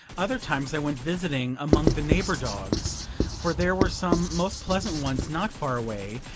other times i went visiting among the neighbor dogs for there were some most pleasant ones not far away,